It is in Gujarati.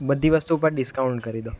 બધી વસ્તુ પર ડિસ્કાઉન્ટ કરી દો